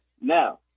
Now